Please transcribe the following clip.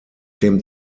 dem